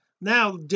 now